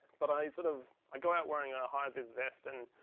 but i'd sort of i'd go out wearing a high-vis vest and